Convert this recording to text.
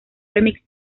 remix